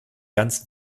ganz